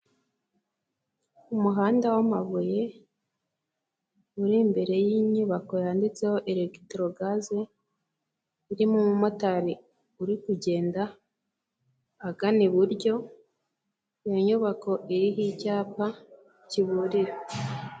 Umuhanda wamabuye uri imbere y'inyubako yanditseho erekitorogaze urimo umumotari uri kugenda agana iburyo, iyo nyubako iriho icyapa kiburira.